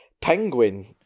penguin